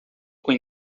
com